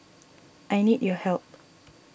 I need your help